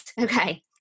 Okay